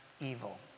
evil